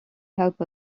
help